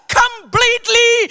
completely